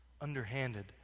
underhanded